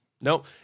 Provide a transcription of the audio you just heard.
Nope